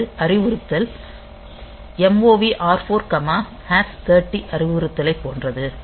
இது அறிவுறுத்தல் MOV R4 30 அறிவுறுத்தலைப் போன்றது